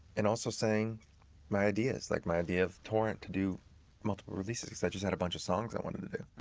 and also saying my ideas, like my idea of torrent to do multiple releases, cause i just had a bunch of songs i wanted to do.